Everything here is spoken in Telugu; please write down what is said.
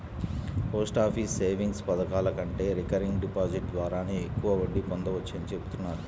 పోస్టాఫీస్ సేవింగ్స్ పథకాల కంటే రికరింగ్ డిపాజిట్ ద్వారానే ఎక్కువ వడ్డీ పొందవచ్చని చెబుతున్నారు